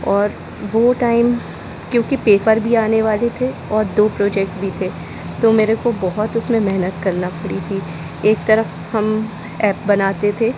और वो टाइम क्योंकि पेपर भी आने वाले थे और दो प्रोजेक्ट भी थे तो मेरे को बहुत उसमें मेहनत करना पड़ी थी एक तरफ़ हम ऐप बनाते थे